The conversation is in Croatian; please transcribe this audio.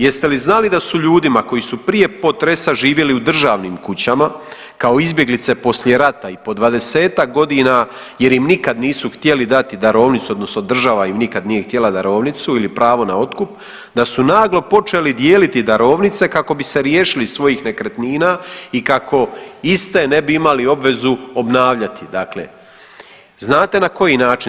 Jeste li znali da su ljudima koji su prije potresa živjeli u državnim kućama kao izbjeglice poslije rata i po 20-tak godina jer im nikad nisu htjeli dati darovnicu odnosno država im nikad nije htjela dati darovnicu ili pravo na otkup da su naglo počeli dijeliti darovnice kako bi se riješili svojih nekretnina i kako iste ne bi imali obvezu obnavljati dakle, znate na koji način?